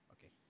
okay